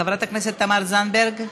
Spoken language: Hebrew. חברת הכנסת תמר זנדברג,